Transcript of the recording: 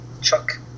Chuck